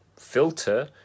filter